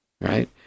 Right